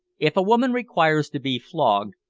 if a woman requires to be flogged,